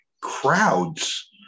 crowds